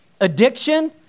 addiction